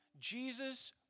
Jesus